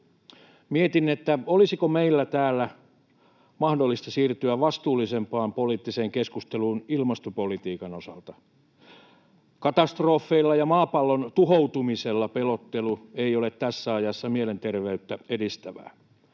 Mietin, olisiko meillä täällä mahdollista siirtyä vastuullisempaan poliittiseen keskusteluun ilmastopolitiikan osalta. Katastrofeilla ja maapallon tuhoutumisella pelottelu ei ole tässä ajassa mielenterveyttä edistävää.